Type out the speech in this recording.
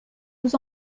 vous